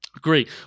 Great